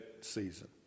season